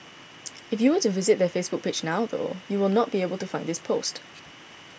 if you were to visit their Facebook page now though you will not be able to find this post